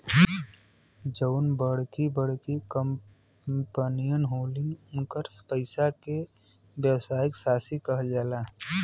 जउन बड़की बड़की कंपमीअन होलिन, उन्कर पइसा के व्यवसायी साशी कहल जाला